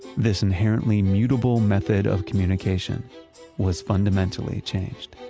this inherently mutable method of communication was fundamentally changed.